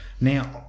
now